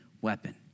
weapon